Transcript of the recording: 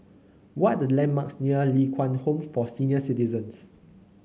what are the landmarks near Ling Kwang Home for Senior Citizens